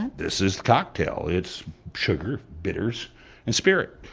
this is the cocktail. it's sugar, bitters and spirit.